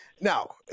Now